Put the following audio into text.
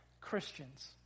Christians